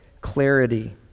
clarity